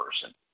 person